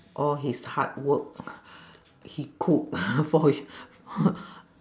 all his hard work he cook for y~